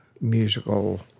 musical